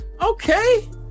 okay